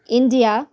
India